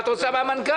מה את רוצה מהמנכ"ל,